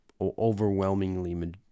overwhelmingly